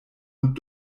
und